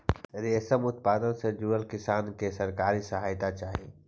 रेशम उत्पादन से जुड़ल किसान के सरकारी सहायता चाहि